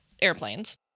airplanes